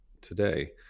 today